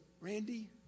Randy